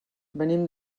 venim